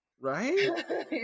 Right